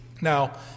Now